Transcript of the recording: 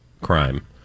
crime